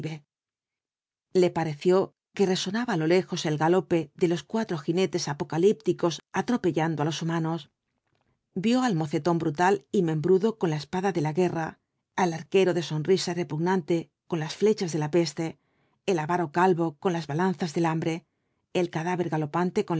le pareció que resonaba á lo lejos el galope de los cuatro jinetes apocalípticos atropellando á los huma v blasco ibáñez nos vio al mocetón brutal y membrudo con la espada de la guerra al arquero de sonrisa repugnante con las flechas de la peste al avaro calvo con las balanzas del hambre el cadáver galopante